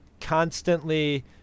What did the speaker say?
constantly